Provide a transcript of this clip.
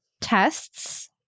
tests